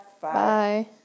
Bye